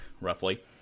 roughly